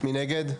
1 נגד,